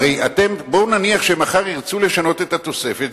הרי בואו נניח שמחר ירצו לשנות את התוספת.